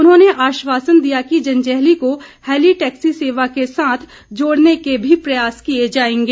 उन्होंने आश्वासन दिया कि जंजैहली को हैलीटैक्सी सेवा के साथ जोड़ने के भी प्रयास किए जाएंगे